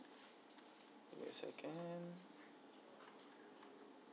gimme a second